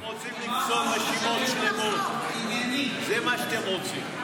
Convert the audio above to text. אתם רוצים לפסול רשימות שלמות, זה מה שאתם רוצים.